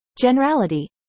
generality